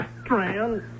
Strand